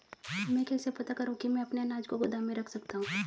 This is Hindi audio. मैं कैसे पता करूँ कि मैं अपने अनाज को गोदाम में रख सकता हूँ?